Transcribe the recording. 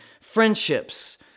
friendships